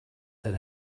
that